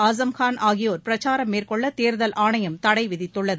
awesome Khan ஆகியோர் பிரச்சாரம் மேற்கொள்ள தேர்தல் ஆணையம் தடை விதித்துள்ளது